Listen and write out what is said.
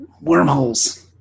wormholes